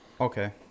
okay